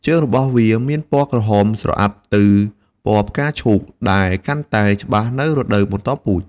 ជើងរបស់វាមានពណ៌ក្រហមស្រអាប់ទៅពណ៌ផ្កាឈូក ដែលកាន់តែច្បាស់នៅរដូវបន្តពូជ។